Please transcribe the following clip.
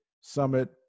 summit